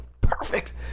Perfect